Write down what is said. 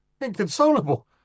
Inconsolable